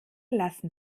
lassen